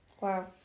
Wow